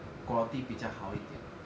quality 比较好一点